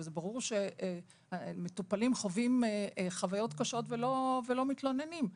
וזה ברור שמטופלים חווים חוויות קשות ולא מתלוננים.